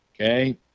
Okay